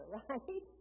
right